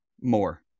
more